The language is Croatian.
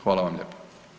Hvala vam lijepa.